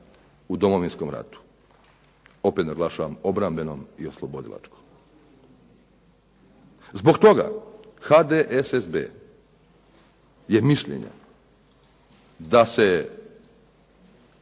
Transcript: u Domovinskom ratu. Opet naglašavam obrambenom i oslobodilačkom. Zbog toga HDSSB je mišljenja da se